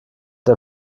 der